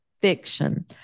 fiction